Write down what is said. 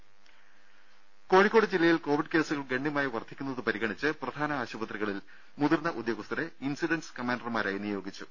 രുര കോഴിക്കോട് ജില്ലയിൽ കോവിഡ് കേസുകൾ ഗണ്യമായി വർധിക്കുന്നത് പരിഗണിച്ച് പ്രധാന ആശുപത്രികളിൽ മുതിർന്ന ഉദ്യോഗസ്ഥരെ ഇൻസിഡൻസ് കമാൻഡർമാരായി നിയോഗിച്ചു